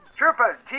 Troopers